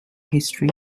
history